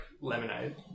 lemonade